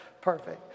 perfect